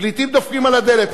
פליטים דופקים על הדלת.